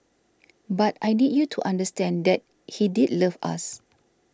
but I need you to understand that he did love us